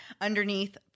underneath